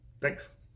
Thanks